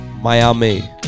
Miami